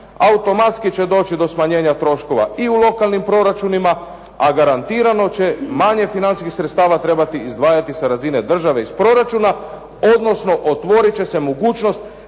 Automatski će doći do smanjenja troškova i u lokalnim proračunima a garantirano će manje financijskih sredstava trebati izdvajati sa razine države iz proračuna odnosno otvorit će se mogućnost